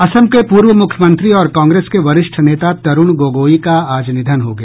असम के पूर्व मुख्यमंत्री और कांग्रेस के वरिष्ठ नेता तरूण गोगोई का आज निधन हो गया